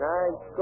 Nice